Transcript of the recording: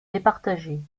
départager